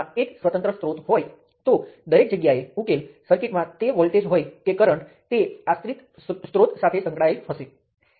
હવે આ બરાબર સમકક્ષ છે હું આ ત્રણેયને V1 મૂલ્યના વોલ્ટેજ સ્ત્રોત સાથે બદલી શકું છું